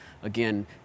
Again